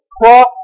cross